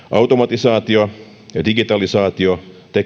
uhka vaan mahdollisuus automatisaatio ja digitalisaatio sekä tekoäly toki